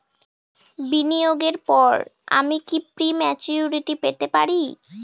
বিনিয়োগের পর আমি কি প্রিম্যচুরিটি পেতে পারি?